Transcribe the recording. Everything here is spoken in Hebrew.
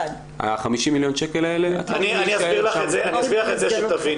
ה-50 מיליון שקל האלה --- אני אסביר לך את זה שתביני.